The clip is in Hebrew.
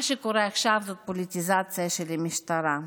מה שקורה עכשיו זאת פוליטיזציה של המשטרה.